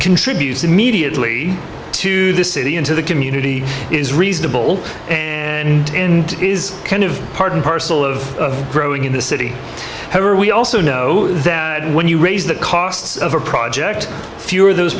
contribute immediately to the city into the community is reasonable is kind of part and parcel of growing in the city however we also know that when you raise the cost of a project fewer those